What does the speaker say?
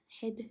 head